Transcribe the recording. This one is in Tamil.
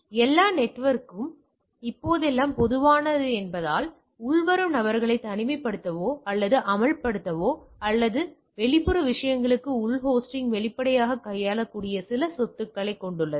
இவை எல்லா நெட்வொர்க்குக்கும் இப்போதெல்லாம் பொதுவானவை என்பதால் உள்வரும் நபர்களை தனிமைப்படுத்தவோ அல்லது அம்பலப்படுத்தவோ அல்லது வெளிப்புற விஷயங்களுக்கு உள் ஹோஸ்டின் வெளிப்பாட்டைக் கையாளக்கூடிய சில சொத்துக்களைக் கொண்டுள்ளது